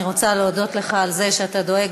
אני רוצה להודות לך על זה שאתה דואג